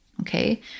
okay